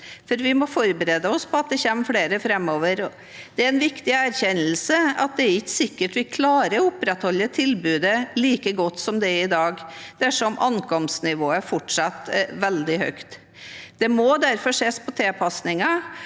For vi må forberede oss på at det kommer flere framover. Det er en viktig erkjennelse at det ikke er sikkert vi klarer å opprettholde et like godt tilbud som i dag dersom ankomstnivået fortsatt er veldig høyt. Det må derfor ses på tilpasninger,